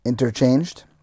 interchanged